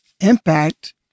impact